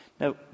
Now